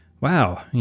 Wow